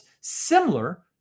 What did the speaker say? similar